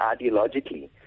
ideologically